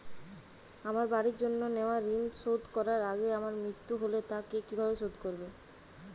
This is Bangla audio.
আমার বাড়ির জন্য নেওয়া ঋণ শোধ করার আগে আমার মৃত্যু হলে তা কে কিভাবে শোধ করবে?